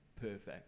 perfect